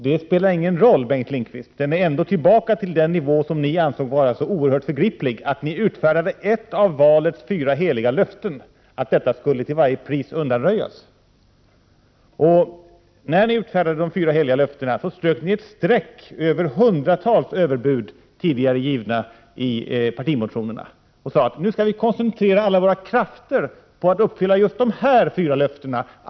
Det spelar ingen roll, Bengt Lindqvist, den är ändå tillbaka på den nivå som ni ansåg vara så oerhört förgriplig att ni utfärdade ett av valets fyra heliga löften, att detta till varje pris skulle undanröjas. När ni utfärdade de fyra heliga löftena strök ni ett streck över hundratals tidigare givna överbud i partimotionerna. Ni sade att nu skall vi koncentrera alla våra krafter på att uppfylla just dessa fyra löften.